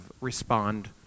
respond